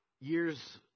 Years